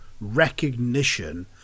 recognition